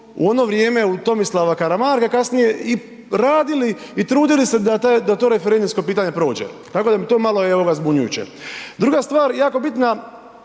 u ono vrijeme u Tomislava Karamarka kasnije i radili i trudili se da to referendumsko pitanje prođe, tako da mi to malo je zbunjujuće. Druga stvar jako bitna,